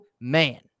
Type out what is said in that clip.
man